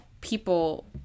people